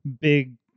big